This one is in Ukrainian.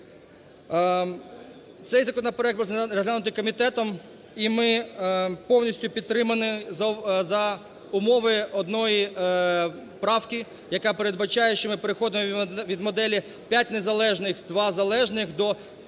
Цей законопроект був розглянутий комітетом і ми повністю підтримуємо за умови одної правки, яка передбачає, що ми переходимо від моделі "5 незалежних, 2 залежних" до "6